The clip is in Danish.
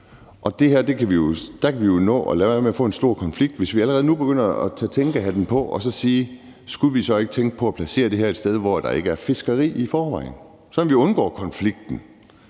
og der kan vi jo lade være med at få en stor konflikt, hvis vi allerede nu begynder at tage tænkehatten på og sige: Skulle vi så ikke tænke på at placere det her et sted, hvor der ikke er fiskeri i forvejen, så vi undgår konflikten?